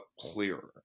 clearer